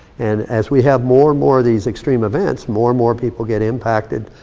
and as we have more and more of these extreme events, more and more people get impacted.